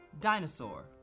dinosaur